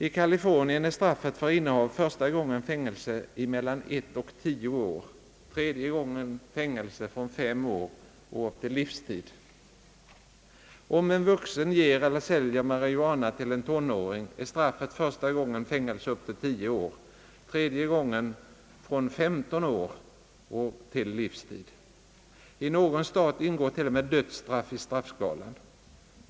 I Kalifornien är straffet för innehav första gången fängelse i mellan ett och tio år, tredje gången fängelse från fem år upp till livstid. Om en vuxen ger eller säljer marijuana till en tonåring är straffet första gången fängelse i upp till tio år, tredje gången från femton år och upp till livstid. I någon stat ingår t.o.m. dödsstraff i straffskalan.